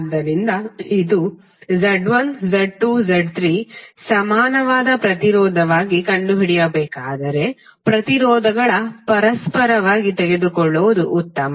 ಆದ್ದರಿಂದ ಇದು Z1 Z2 Z3 ಸಮಾನವಾದ ಪ್ರತಿರೋಧವಾಗಿ ಕಂಡುಹಿಡಿಯಬೇಕಾದರೆ ಪ್ರತಿರೋಧಗಳ ಪರಸ್ಪರವಾಗಿ ತೆಗೆದುಕೊಳ್ಳುವುದು ಉತ್ತಮ